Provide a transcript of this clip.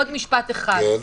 עוד משפט אחד.